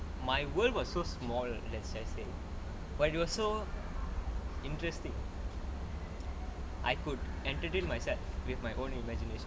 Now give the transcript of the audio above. my world was so small let's just say but it was so interesting I could entertain myself with my own imagination